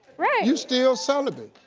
right. you still celibate.